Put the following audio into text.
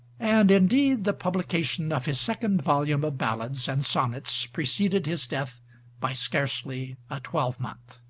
and indeed the publication of his second volume of ballads and sonnets preceded his death by scarcely a twelvemonth.